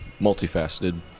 multifaceted